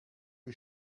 you